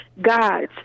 gods